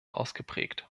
ausgeprägt